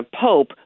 pope